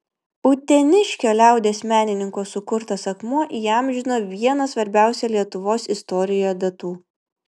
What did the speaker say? uteniškio liaudies menininko sukurtas akmuo įamžino vieną svarbiausių lietuvos istorijoje datų